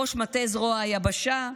ראש מטה זרוע היבשה,